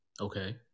Okay